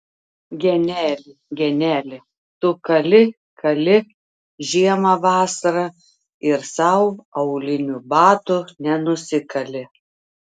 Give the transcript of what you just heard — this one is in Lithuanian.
geneli geneli tu kali kali žiemą vasarą ir sau aulinių batų nenusikali